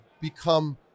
become –